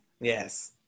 yes